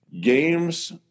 Games